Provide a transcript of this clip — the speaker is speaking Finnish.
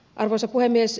arvoisa puhemies